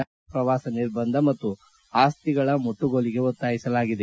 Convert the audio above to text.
ಜಾಗತಿಕ ಪ್ರವಾಸ ನಿರ್ಬಂಧ ಮತ್ತು ಆಸ್ತಿಗಳ ಮುಟ್ಟುಗೋಲಿಗೆ ಒತ್ತಾಯಿಸಲಾಗಿದೆ